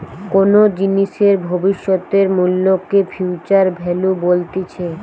কোনো জিনিসের ভবিষ্যতের মূল্যকে ফিউচার ভ্যালু বলতিছে